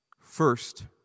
First